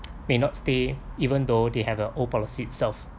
may not stay even though they have a old policy itself